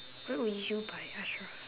what will you buy ashra